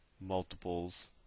multiples